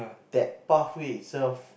that pathway itself